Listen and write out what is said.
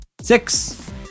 six